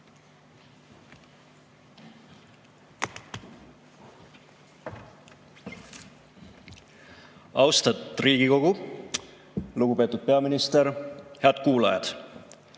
Austatud Riigikogu! Lugupeetud peaminister! Head kuulajad!